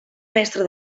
mestre